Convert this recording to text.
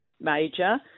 major